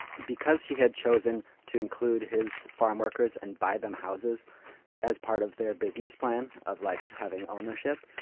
because he had chosen to include his farm workers and buy them houses as part of their business plan of like having ownership.